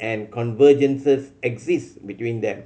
and convergences exist between them